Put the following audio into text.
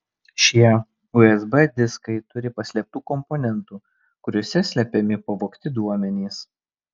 šie usb diskai turi paslėptų komponentų kuriuose slepiami pavogti duomenys